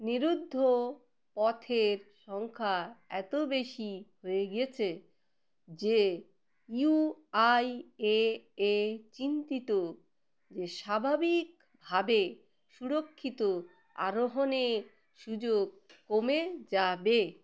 নিরুদ্ধ পথের সংখ্যা এতো বেশি হয়ে গেছে যে ইউআইএএ চিন্তিত যে স্বাভাবিকভাবে সুরক্ষিত আরোহণে সুযোগ কমে যাবে